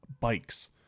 bikes